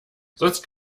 sonst